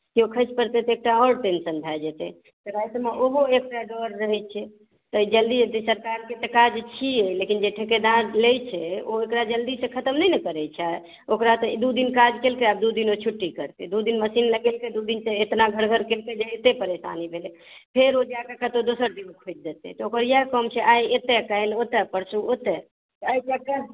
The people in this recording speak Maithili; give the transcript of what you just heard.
केओ खसि पड़तै तऽ एकटा आओर टेंशन भए जेतै रातिमे ओहो एकटा डर रहैत छै तैंँ जल्दी जल्दी सरकारकेँ तऽ काज छियै लेकिन जे ठीकेदार लै छै ओ एकरा जे जल्दीसँ खतम नहि ने करैत छै ओकरा तऽ दू दिन काज कयलकै आब दू दिन ओ छुट्टी करतै दू दिन मशीन लगेतै दू दिनसँ एतना घड़ घड़ कयलकै जे एतना परेशानी भेलै फेर ओ जाए कऽ कतहुँ दोसर जगह खोदि देतै तऽ ओकर तऽ इएह काम छै आइ एतऽ काल्हि ओतऽ परसू ओतऽ अइ चक्कर